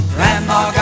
Grandma